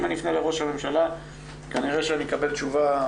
אם אני אפנה לראש הממשלה כנראה שאקבל תשובה